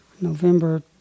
November